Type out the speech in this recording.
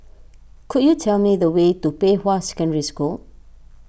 could you tell me the way to Pei Hwa Secondary School